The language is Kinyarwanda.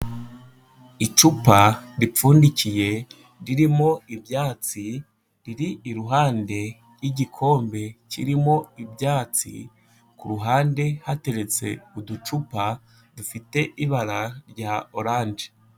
Icupa ripfundikiye ririmo ibyatsi, riri iruhande rw'igikombe kirimo ibyatsi, ku ruhande hateretse uducupa dufite ibara rya oranje.